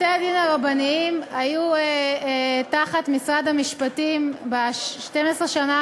בתי-הדין הרבניים היו תחת משרד המשפטים ב-12 השנים האחרונות,